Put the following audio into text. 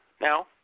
now